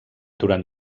durant